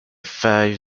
five